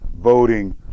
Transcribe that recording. Voting